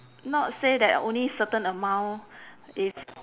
not say that only certain amount if